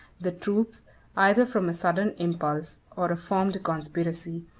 the troops either from a sudden impulse, or a formed conspiracy,